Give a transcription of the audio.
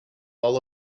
all